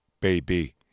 baby